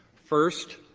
first,